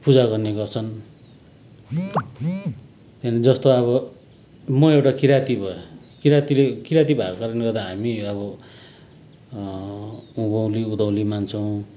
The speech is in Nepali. पूजा गर्ने गर्छन् त्यहाँदेखिन जस्तो अब म एउटा किँराती भएँ किँरातीले किँराती भएको कारणले गर्दा हामी अब उधौँली उभौँली मान्छौँ